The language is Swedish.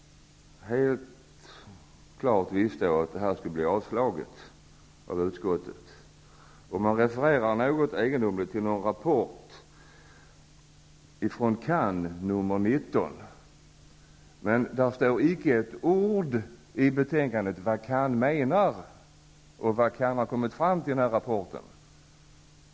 Jag visste helt klart att motionen skulle avstyrkas av utskottet. Man refererar, egendomligt nog, till CAN:s rapport Nr 19, men det står inte ett ord om vad CAN menar och vad CAN har kommit fram till i rapporten.